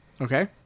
Okay